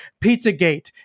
Pizzagate